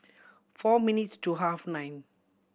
four minutes to half nine